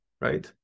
right